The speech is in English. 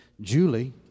Julie